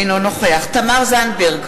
אינו נוכח תמר זנדברג,